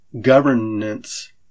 Governance